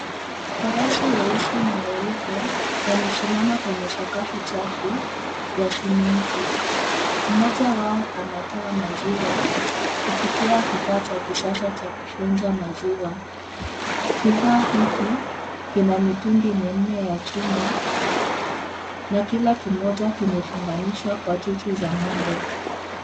Farasi weusi na weupe, wamesimama kwenye sakafu chafu, ya simenti. Mmoja wao anatoa maziwa, kupitia kifaa cha kisasa cha kufyonza maziwa. Kifaa hiki, kina mitungi minne ya chuma, na kila kimoja kimefunganishwa kwa chuchu za ng'ombe.